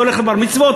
והולך לבר-מצוות,